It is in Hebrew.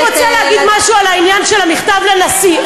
אני רוצה להגיד משהו על העניין של המכתב לנשיא.